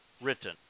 written